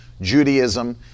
Judaism